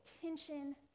tension